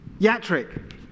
Yatrik